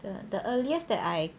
the the earliest that I